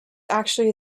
actually